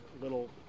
little